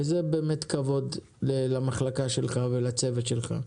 וזה באמת כבוד למחלקה שלך ולצוות שלך.